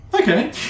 Okay